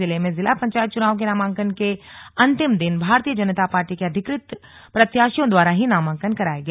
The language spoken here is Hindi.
जिले में जिला पंचायत चुनाव के नामंकन के अंतिम दिन भारतीय जनता पार्टी के अधिकृत प्रत्याशियों द्वारा ही नामांकन कराया गया